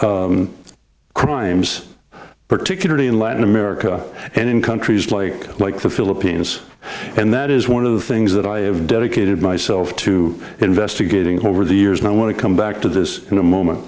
rights crimes particularly in latin america and in countries like like the philippines and that is one of the things that i have dedicated myself to investigating over the years and i want to come back to this in a moment